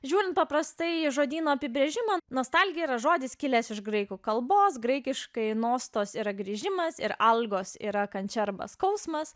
žiūrint paprastai žodyno apibrėžimą nostalgija yra žodis kilęs iš graikų kalbos graikiškai nostos yra grįžimas ir algos yra kančia arba skausmas